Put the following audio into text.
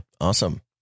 Awesome